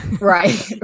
Right